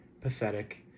Pathetic